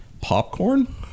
popcorn